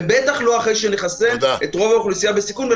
ובטח לא אחרי שנחסן את רוב האוכלוסייה בסיכון.